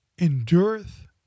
endureth